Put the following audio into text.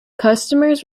customers